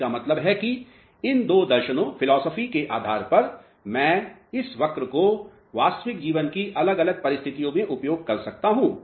इसका मतलब है कि इन दो दर्शनों के आधार पर मैं इस वक्र को वास्तविक जीवन की अलग अलग परिस्थितियाँ में उपयोग कर सकता हूं